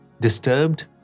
disturbed